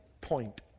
point